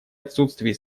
отсутствии